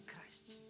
Christ